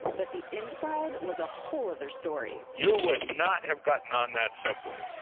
but the inside, was a whole other story. you would not have gotten on that subway,